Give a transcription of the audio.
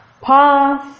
pause